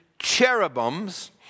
cherubims